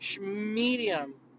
Medium